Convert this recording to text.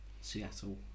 Seattle